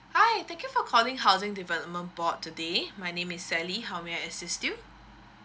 hi thank you for calling housing development board today my name is sally how may I assist you